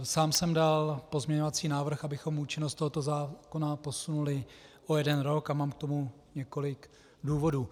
Sám jsem dal pozměňovací návrh, abychom účinnost tohoto zákona posunuli o jeden rok, a mám k tomu několik důvodů.